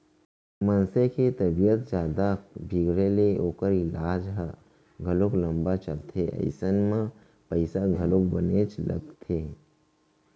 मनसे के तबीयत जादा बिगड़े ले ओकर ईलाज ह घलौ लंबा चलथे अइसन म पइसा घलौ बनेच लागथे